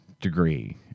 degree